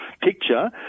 picture